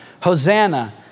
Hosanna